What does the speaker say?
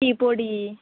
tea పొడి